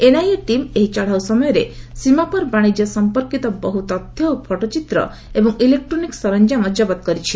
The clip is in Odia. ଏନ୍ଆଇଏ ଟିମ୍ ଏହି ଚଢ଼ାଉ ସମୟରେ ସୀମାପାର ବାଶିଜ୍ୟ ସଂପର୍କିତ ବହୁ ତଥ୍ୟ ଓ ଫଟୋଚିତ୍ର ଏବଂ ଇଲେକ୍ଟ୍ରୋନିକ୍ ସରଞ୍ଜାମ ଜବତ କରିଛି